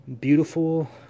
beautiful